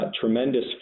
tremendous